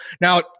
Now